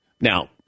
Now